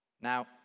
Now